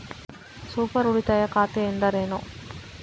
Super ಉಳಿತಾಯ ಖಾತೆ ಎಂದರೇನು?